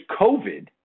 COVID